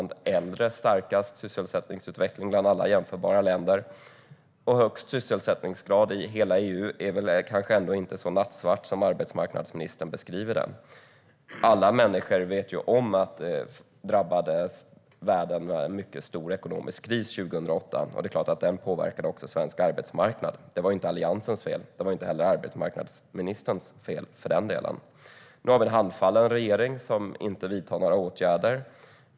Vi hade starkast sysselsättningsutveckling bland äldre av alla jämförbara länder. Högst sysselsättningsgrad i hela EU är väl ändå inte så nattsvart som arbetsmarknadsministern beskriver det. Alla människor vet ju om att världen drabbades av en mycket stor ekonomisk kris 2008. Det är klart att den påverkade också svensk arbetsmarknad. Det var ju inte Alliansens fel. Det var för den delen inte heller arbetsmarknadsministerns fel. Nu har vi en handfallen regering som inte vidtar några åtgärder.